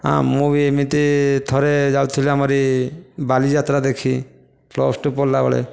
ହଁ ମୁଁ ବି ଏମିତି ଥରେ ଯାଉଥିଲି ଆମରି ଏଇ ବାଲିଯାତ୍ରା ଦେଖି ପ୍ଲସ୍ ଟୁ ପଢ଼ିଲାବେଳେ